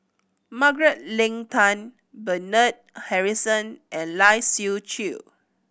Margaret Leng Tan Bernard Harrison and Lai Siu Chiu